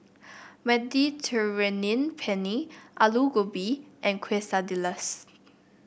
Mediterranean Penne Alu Gobi and Quesadillas